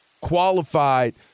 qualified